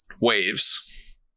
waves